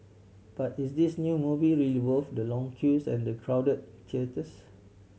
but is this new movie really worth the long queues and the crowded theatres